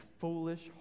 foolish